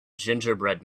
gingerbread